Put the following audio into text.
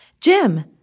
Jim